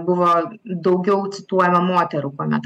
buvo daugiau cituojama moterų kuomet